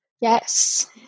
Yes